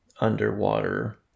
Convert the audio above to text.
underwater